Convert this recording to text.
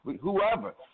Whoever